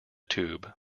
tube